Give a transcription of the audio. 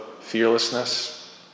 fearlessness